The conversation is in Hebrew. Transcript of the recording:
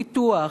פיתוח,